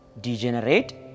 degenerate